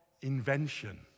invention